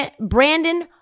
Brandon